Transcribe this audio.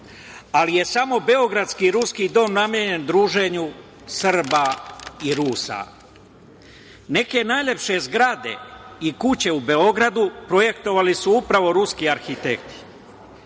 ali je samo beogradski Ruski Dom namenjen druženju Srba i Rusa. Neke najlepše zgrade i kuće u Beogradu projektovali su upravo ruski arhitekti.